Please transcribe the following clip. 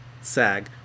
SAG